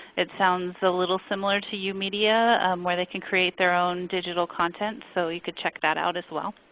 it sounds a little similar to youmedia where they can create their own digital content. so you could check that out as well.